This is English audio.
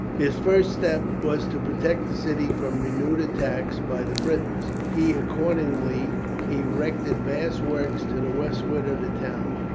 his first step was to protect the city from renewed attacks by the britons. he accordingly erected vast works to the westward of the town,